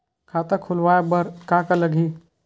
खाता खुलवाय बर का का लगही?